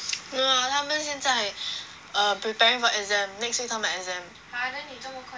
no ah 他们现在 err preparing for exam next week 他们 exam